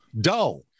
Dull